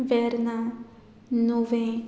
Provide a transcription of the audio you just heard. Verna Nuvem